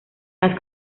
las